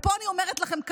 ואני אומרת לכם,